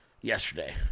yesterday